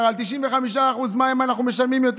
על 95% מים אנחנו משלמים יותר.